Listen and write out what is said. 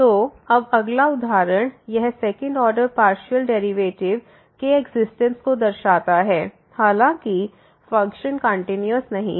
तो अब अगला उदाहरण यह सेकंड ऑर्डर पार्शियल डेरिवेटिव के एक्सिस्टेंस को दर्शाता है हालांकि फंक्शन कंटीन्यूअस नहीं है